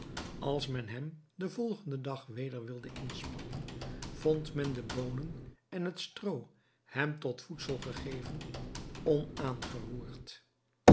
als men hem den volgenden dag weder wilde inspannen vond men de boonen en het stroo hem tot voedsel gegeven